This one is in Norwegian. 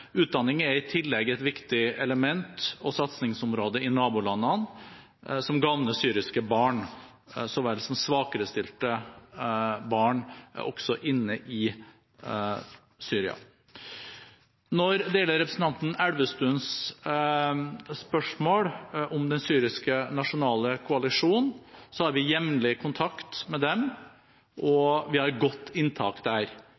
Utdanning er i tillegg et viktig element og satsingsområde i nabolandene, som gagner syriske barn så vel som svakerestilte barn også inne i Syria. Når det gjelder representanten Elvestuens spørsmål om Den syriske nasjonale koalisjonen, har vi jevnlig kontakt med dem, og vi har godt inntak der.